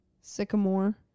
sycamore